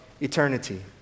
eternity